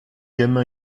gamin